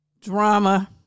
drama